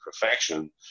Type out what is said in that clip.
perfection